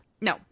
no